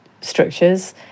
structures